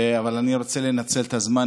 אני רוצה לנצל את הזמן,